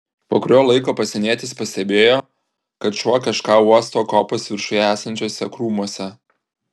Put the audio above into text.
po kurio laiko pasienietis pastebėjo kad šuo kažką uosto kopos viršuje esančiuose krūmuose